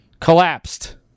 collapsed